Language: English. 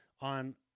on